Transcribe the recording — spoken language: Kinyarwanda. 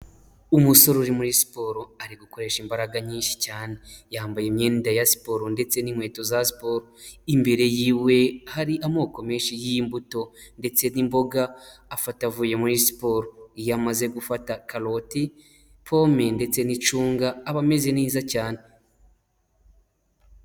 Umusore uri muri siporo ari gukoresha imbaraga nyinshi cyane yambaye imyenda ya siporo ndetse n'inkweto za siporo imbere y'iwe hari amoko menshi y'imbuto ndetse n'imboga afata avuye muri siporo iyo amaze gufata karoti, pome ndetse n'icunga aba ameze neza cyane.